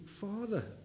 father